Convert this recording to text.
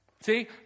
See